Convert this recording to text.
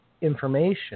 information